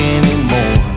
anymore